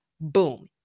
Boom